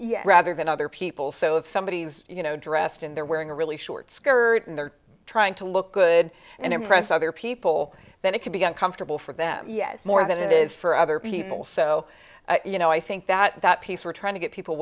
dressed rather than other people so if somebody you know dressed in their wearing a really short skirt and they're trying to look good and impress other people then it can be uncomfortable for them yes more than it is for other people so you know i think that piece we're trying to get people